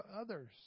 others